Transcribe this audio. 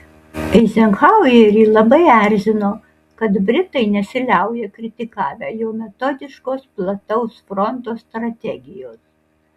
eizenhauerį labai erzino kad britai nesiliauja kritikavę jo metodiškos plataus fronto strategijos